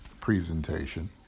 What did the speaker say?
presentation